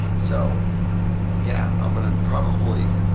so yeah, i'm going to probably,